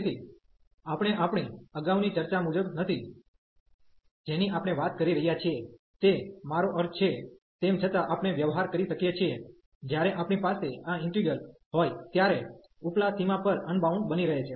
તેથી આપણે આપણી અગાઉની ચર્ચા મુજબ નથી જેની આપણે વાત કરી રહ્યા છીએ તે મારો અર્થ છે તેમ છતાં આપણે વ્યવહાર કરી શકીએ છીએ જ્યારે આપણી પાસે આ ઈન્ટિગ્રલ હોય ત્યારે ઉપલા સીમા પર અનબાઉન્ડ બની રહે છે